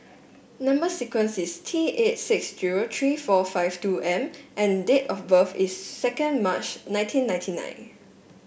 number sequence is T eight six zero three four five two M and date of birth is second March nineteen ninety nine